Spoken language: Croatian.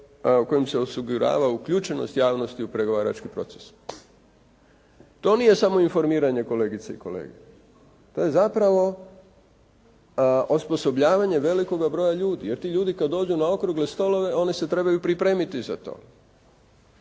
kojim se osigurava uključenost javnosti u pregovarački proces. To nije samo informiranje kolegice i kolege. To je zapravo osposobljavanje velikoga broja ljudi jer ti ljudi kad dođu na okrugle stolove, oni se trebaju pripremiti za to.